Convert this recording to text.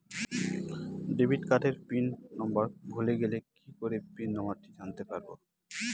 Debit কার্ডের PIN number ভুলে গেলে কি করে পিন নম্বরটি জানতে পারবো?